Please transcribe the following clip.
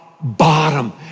bottom